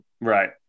Right